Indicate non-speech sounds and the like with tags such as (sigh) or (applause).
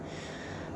(breath)